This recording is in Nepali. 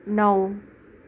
नौ